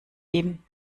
eben